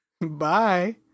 Bye